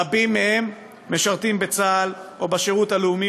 רבים מהם משרתים בצה"ל או בשירות הלאומי